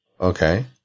Okay